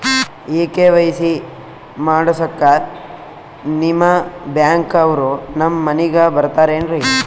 ಈ ಕೆ.ವೈ.ಸಿ ಮಾಡಸಕ್ಕ ನಿಮ ಬ್ಯಾಂಕ ಅವ್ರು ನಮ್ ಮನಿಗ ಬರತಾರೆನ್ರಿ?